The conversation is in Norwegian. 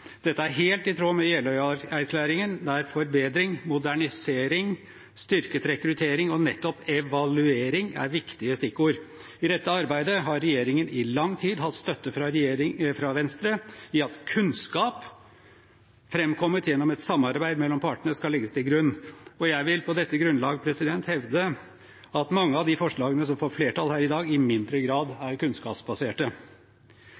Dette er helt i tråd med Jeløya-erklæringen, der forbedring, modernisering, styrket rekruttering og nettopp evaluering er viktige stikkord. I dette arbeidet har regjeringen i lang tid hatt støtte fra Venstre i at kunnskap framkommet gjennom et samarbeid mellom partene, skal legges til grunn. Jeg vil på dette grunnlag hevde at mange av de forslagene som får flertall her i dag, i mindre grad